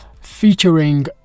featuring